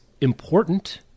important